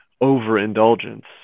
overindulgence